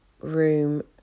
room